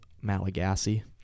malagasy